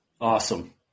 Awesome